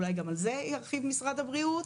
אולי גם על זה ירחיב משרד הבריאות.